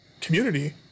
community